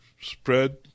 spread